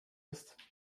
ist